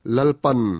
Lalpan